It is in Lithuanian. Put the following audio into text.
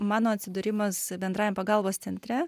mano atsidūrimas bendrajam pagalbos centre